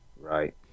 right